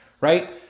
right